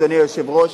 אדוני היושב-ראש.